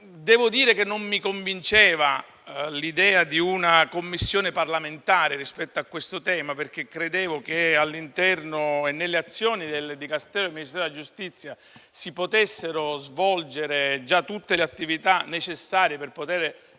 Devo dire che non mi convinceva l'idea di una Commissione parlamentare rispetto a questo tema, perché credevo che all'interno del Dicastero e nelle azioni del Ministero della giustizia si potessero già espletare tutte le attività necessarie per